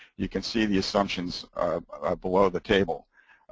you can see the assumptions below the table.